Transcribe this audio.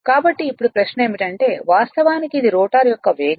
కాబట్టి ఇప్పుడు ప్రశ్న ఏమిటంటే వాస్తవానికి ఇది రోటర్ యొక్క వేగం